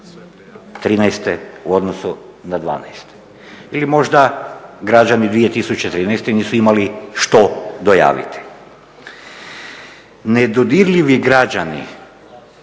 2013. u odnosu na 2012. Ili možda građani 2013. nisu imali što dojaviti. Nedodirljivi građani